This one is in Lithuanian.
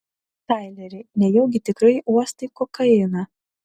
taileri nejaugi tikrai uostai kokainą